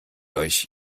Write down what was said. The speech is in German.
euch